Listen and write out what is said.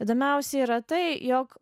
įdomiausia yra tai jog